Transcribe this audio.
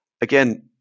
again